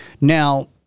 Now